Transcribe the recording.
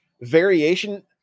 variation